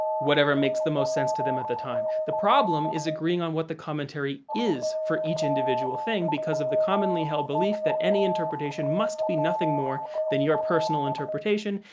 whatever makes the most sense to them at the time. the problem is agreeing on what the commentary is for each individual thing because of the commonly-held belief that any interpretation must be nothing more than your personal interpretation,